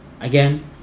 again